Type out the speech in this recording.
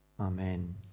Amen